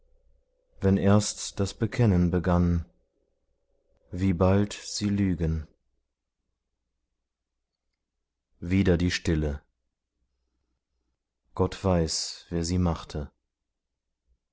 wenn erst das bekennen begann wie bald sie lügen wieder die stille gott weiß wer sie machte